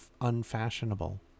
unfashionable